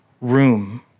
room